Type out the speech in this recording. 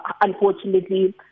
unfortunately